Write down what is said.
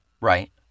Right